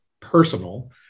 personal